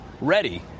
ready